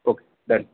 okay done